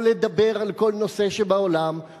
או לדבר על כל נושא שבעולם,